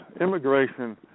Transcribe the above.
Immigration